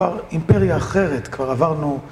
כבר אימפריה אחרת כבר עברנו